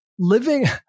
Living